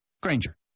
Granger